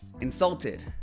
insulted